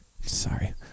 Sorry